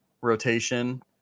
rotation